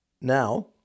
Now